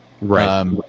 Right